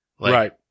Right